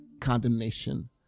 Condemnation